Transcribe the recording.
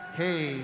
hey